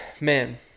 Man